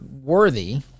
worthy